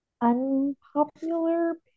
Unpopular